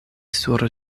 sur